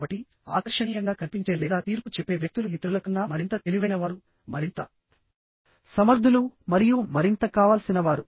కాబట్టి ఆకర్షణీయంగా కనిపించే లేదా తీర్పు చెప్పే వ్యక్తులు ఇతరులకన్నా మరింత తెలివైనవారుమరింత సమర్థులు మరియు మరింత కావాల్సినవారు